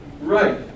Right